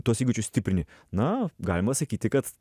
tuos įgūdžius stiprini na galima sakyti kad